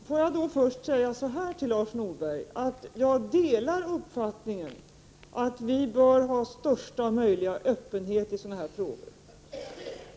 Fru talman! Låt mig först säga till Lars Norberg att jag delar uppfattningen att vi bör ha största möjliga öppenhet i sådana här frågor.